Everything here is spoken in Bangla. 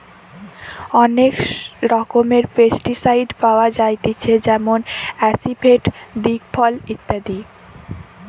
অনেক রকমের পেস্টিসাইড পাওয়া যায়তিছে যেমন আসিফেট, দিকফল ইত্যাদি